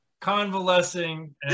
convalescing